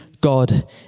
God